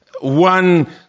One